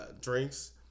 drinks